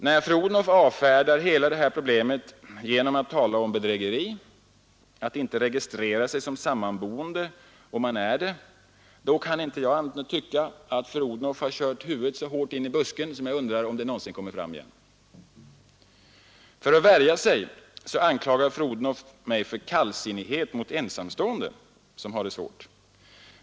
När fru Odhnoff avfärdar hela detta problem genom att tala om bedrägeri att inte registrera sig som sammanboende då man är det, då kan jag inte tycka annat än att fru Odhnoff kört huvudet så hårt in i busken att jag undrar om det någonsin kommer fram igen. För att värja sig anklagar fru Odhnoff mig för kallsinnighet mot ensamstående som har det svårt.